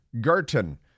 Garton